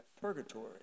purgatory